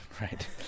Right